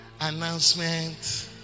announcement